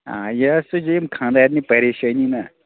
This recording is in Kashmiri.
آ یہِ حظ تُج ییٚمۍ خانٛدارنہِ پریشٲنی نا